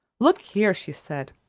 look here! she said.